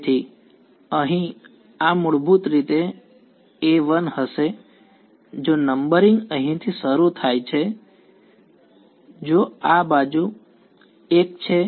તેથી અહીં આ મૂળભૂત રીતે a1 હશે જો નંબરિંગ અહીંથી શરૂ થાય છે જો આ પણ બાજુ 1 છે